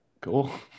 cool